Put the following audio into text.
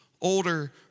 older